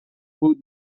بود